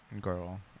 girl